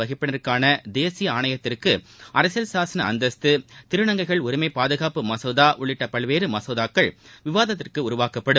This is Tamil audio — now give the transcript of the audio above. வகுப்பினருக்கான பிற்படுத்தப்பட்ட தேசிய இதர அந்தஸ்த்து திருநங்கைகள் உரிமை பாதுகாப்பு மசோதா உள்ளிட்ட பல்வேறு மசோதாக்கள் விவாதத்திற்கு உருவாக்கப்படும்